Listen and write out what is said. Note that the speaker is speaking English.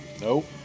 Nope